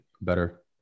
better